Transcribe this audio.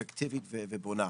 אפקטיבית ובונה.